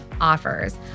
offers